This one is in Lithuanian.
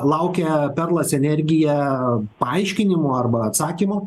laukia perlas energija paaiškinimų arba atsakymų